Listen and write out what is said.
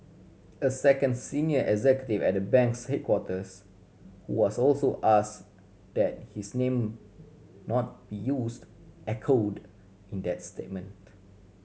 a second senior executive at the bank's headquarters who was also asked that his name not be used echoed in that statement